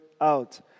out